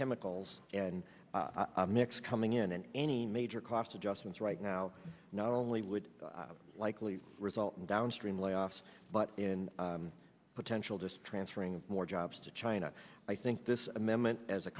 chemicals and mix coming in and any major cost adjustments right now not only would likely result in downstream layoffs but in potential just transferring more jobs to china i think this amendment as a